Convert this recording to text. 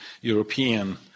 European